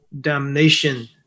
damnation